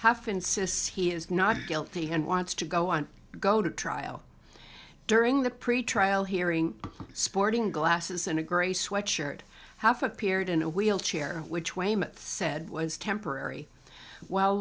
half insists he is not guilty and wants to go on go to trial during the pretrial hearing sporting glasses and a gray sweatshirt half appeared in a wheelchair which weymouth said was temporary well